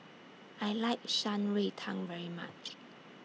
I like Shan Rui Tang very much